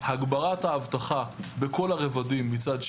הגברת האבטחה בכל הרבדים מצד שני,